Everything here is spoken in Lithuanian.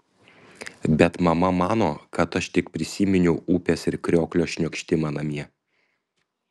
bet mama mano kad aš tik prisiminiau upės ir krioklio šniokštimą namie